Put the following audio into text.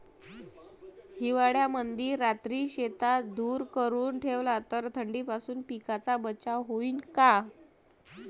हिवाळ्यामंदी रात्री शेतात धुर करून ठेवला तर थंडीपासून पिकाचा बचाव होईन का?